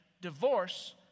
divorce